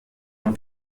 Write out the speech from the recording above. von